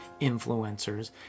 influencers